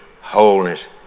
wholeness